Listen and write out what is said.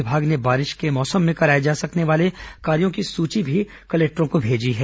विभाग ने बारिश के सीजन में कराए जा सकने वाले कार्यों की सुची भी कलेक्टरों को भेजी है